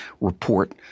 report